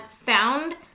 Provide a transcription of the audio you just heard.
found